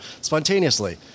spontaneously